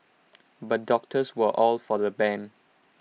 but doctors were all for the ban